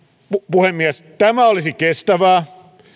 puhemies tämä olisi kestävää